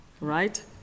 right